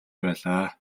байлаа